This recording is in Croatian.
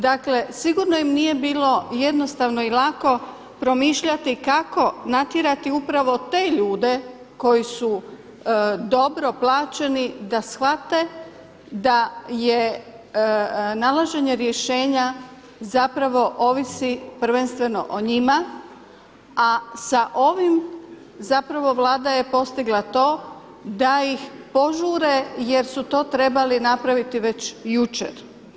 Dakle, sigurno im nije bilo jednostavno i lako promišljati kako natjerati upravo te ljude koji su dobro plaćeni da shvate da je nalaženje rješenja ovisi prvenstveno o njima, a sa ovim Vlada je postigla to da ih požure jer su to trebali napraviti već jučer.